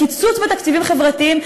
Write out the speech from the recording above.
לקיצוץ בתקציבים חברתיים?